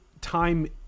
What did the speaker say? time